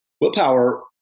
willpower